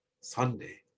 sunday